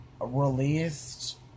Released